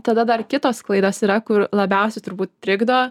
tada dar kitos klaidos yra kur labiausiai turbūt trikdo